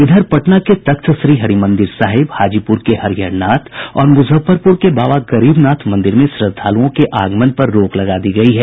इधर पटना के तख्त श्री हरिमंदिर साहिब हाजीपुर के हरिहर नाथ और मुजफ्फरपुर के बाबा गरीब नाथ मंदिर में श्रद्धालुओं के आगमन पर रोक लगा दी गयी है